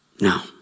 Now